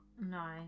No